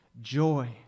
joy